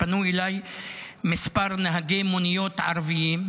פנו אליי כמה נהגי מוניות ערבים,